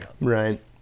Right